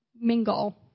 mingle